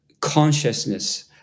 consciousness